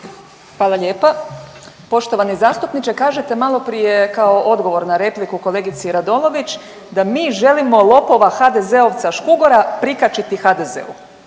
Hvala lijepa. Poštovani zastupniče kažete malo prije kao odgovor na repliku kolegici Radolović da mi želimo lopova HDZ-ovca Škugora prikačiti HDZ-u.